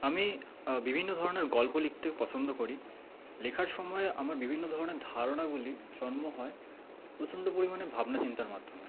আমি বিভিন্ন ধরণের গল্প লিখতে পছন্দ করি লেখার সময় আমার বিভিন্ন ধরনের ধারণাগুলির জন্ম হয় প্রচণ্ড পরিমাণে ভাবনা চিন্তার মাধ্যমে